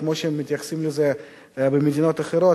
כמו שמתייחסים לזה במדינות אחרות,